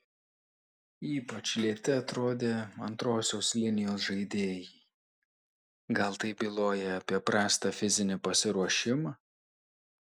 ypač lėti atrodė antrosios linijos žaidėjai gal tai byloja apie prastą fizinį pasiruošimą